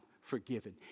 forgiven